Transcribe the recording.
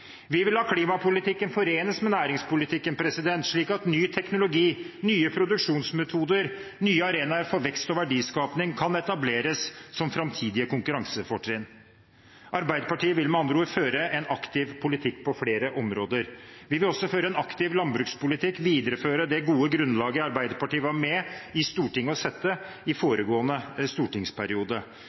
Vi vil la klimapolitikken forenes med næringspolitikken slik at ny teknologi, nye produksjonsmetoder, nye arenaer for vekst og verdiskaping kan etableres som framtidige konkurransefortrinn. Arbeiderpartiet vil med andre ord føre en aktiv politikk på flere områder. Vi vil også føre en aktiv landbrukspolitikk, videreføre det gode grunnlaget Arbeiderpartiet var med på å legge i Stortinget i foregående stortingsperiode.